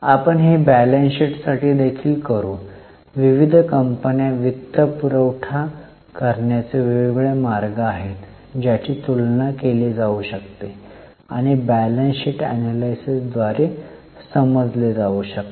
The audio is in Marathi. आपण हे बॅलन्स शीटसाठी देखील करू विविध कंपन्या वित्तपुरवठा करण्याचे वेगवेगळे मार्ग आहेत ज्याची तुलना केली जाऊ शकते आणि बॅलन्स शीट एनलायसिस द्वारे समजले जाऊ शकते